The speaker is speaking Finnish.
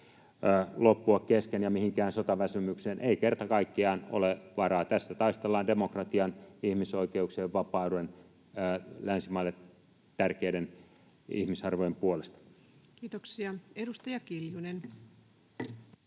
loppua kesken ja mihinkään sotaväsymykseen ei kerta kaikkiaan ole varaa. Tässä taistellaan demokratian, ihmisoikeuksien, vapauden, länsimaille tärkeiden ihmisarvojen puolesta. [Speech 170] Speaker: